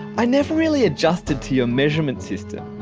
i never really adjusted to your measurement system.